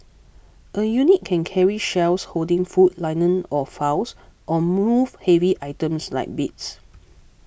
a unit can carry shelves holding food linen or files or move heavy items like beats